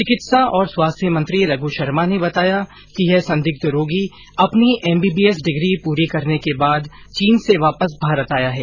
चिकित्सा और स्वास्थ्य मंत्री रघू शर्मा ने बताया कि यह संदिग्ध रोगी अपनी एमबीबीएस डिग्री पूरी करने के बाद चीन से वापस भारत आया है